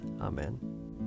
Amen